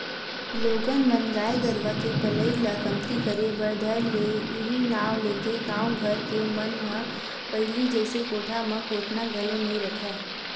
लोगन मन गाय गरुवा के पलई ल कमती करे बर धर ले उहीं नांव लेके गाँव घर के मन ह पहिली जइसे कोठा म कोटना घलोक नइ रखय